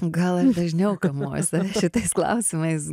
gal ir dažniau kamuoju save šitais klausimais